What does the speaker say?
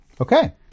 Okay